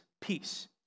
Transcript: peace